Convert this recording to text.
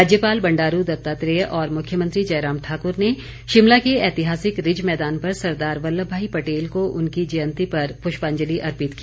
राज्यपाल बंडारू दत्तात्रेय और मुख्यमंत्री जयराम ठाकुर ने शिमला के ऐतिहासिक रिज मैदान पर सरदार वल्लभ भाई पटेल को उनकी जयंती पर पुष्पांजलि अर्पित की